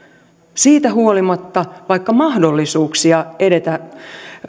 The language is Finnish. siitä huolimatta vaikka mahdollisuuksia edetä